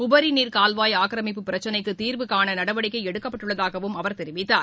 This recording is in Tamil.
உபரி நீர் கால்வாய் ஆக்கிரமிப்பு பிரச்சினைக்கு தீர்வுகாண நடவடிக்கை எடுக்கப்பட்டுள்ளதாகவும் அவர் கூறினார்